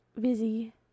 Busy